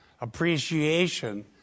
appreciation